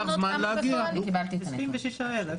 לוקח זמן להגיע.